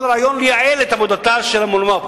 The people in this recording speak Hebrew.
כל הרעיון הוא לייעל את עבודתה של המולמו"פ,